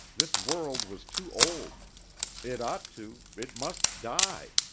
this world was too old it ought to, it must die.